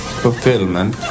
fulfillment